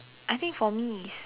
I think for me is